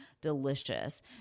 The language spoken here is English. delicious